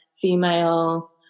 female